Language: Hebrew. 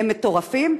הם מטורפים,